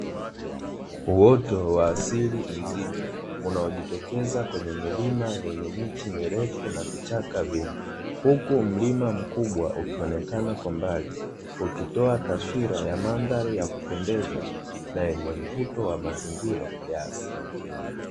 Uoto wa asili mzito unaojitokeza kwenye milima yenye miti mirefu na vichaka vingi huku mlima mkubwa ,ukionekana kwa mbali ukitoa taswira ya mandhari ya kupendeza na yenye mvuto wa mazingira ya asili.